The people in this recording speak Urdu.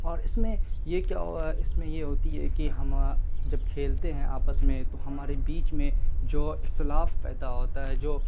اور اس میں یہ کیا اس میں یہ ہوتی ہے کہ ہم جب کھیلتے ہیں آپس میں تو ہمارے بیچ میں جو اختلاف پیدا ہوتا ہے جو